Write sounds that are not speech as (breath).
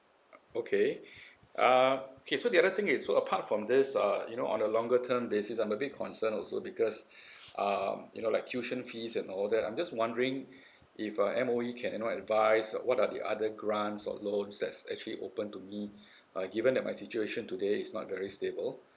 okay (breath) uh okay so the other thing is so apart from this uh you know on a longer term basis I'm a bit concern also because (breath) um you know like tuition fees and all that I'm just wondering if uh M_O_E can you know advice what are the other grants or loans that's actually open to me uh given that my situation today is not very stable